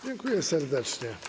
Dziękuję serdecznie.